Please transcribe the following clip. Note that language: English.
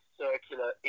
circular